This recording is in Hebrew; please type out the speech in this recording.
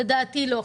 לדעתי לא.